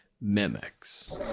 mimics